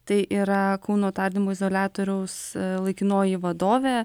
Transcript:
tai yra kauno tardymo izoliatoriaus laikinoji vadovė